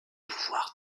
pouvoir